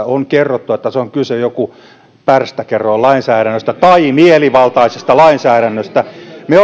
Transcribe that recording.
on kerrottu että tässä on kyse pärstäkerroinlainsäädännöstä tai mielivaltaisesta lainsäädännöstä me